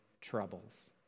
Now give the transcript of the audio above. troubles